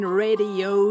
radio